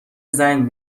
زنگ